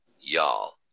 Y'all